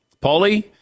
Paulie